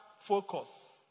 Focus